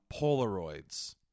Polaroids